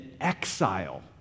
exile